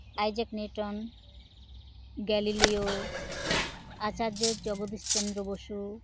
Isaac Newton Galileo Acharya Jagadish Chandra Bose